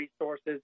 resources